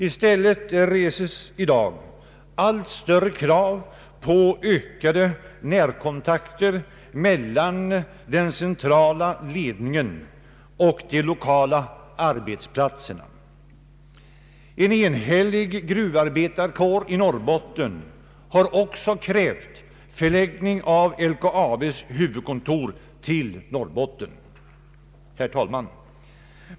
I stället reses allt större krav på ökade närkontakter mellan den centrala ledningen och de lokala arbetsplatserna. En enhällig gruvarbetarkår i Norrbotten har också krävt placering av LKAB:s huvudkontor i Norrbotten. Herr talman!